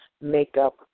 makeup